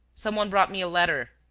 some one brought me a letter.